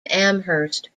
amherst